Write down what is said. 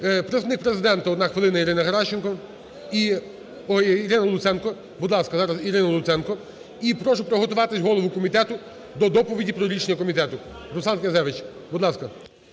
Представник Президента, одна хвилина, Ірина Геращенко. Ой, Ірина Луценко. Будь ласка, зараз Ірина Луценко. І прошу приготуватися голову комітету до доповіді про рішення комітету, Руслан Князевич, будь ласка.